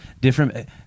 different